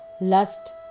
lust